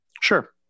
Sure